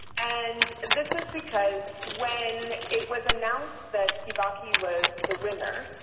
and this is because when it was announced that kibaki was the winner,